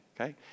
okay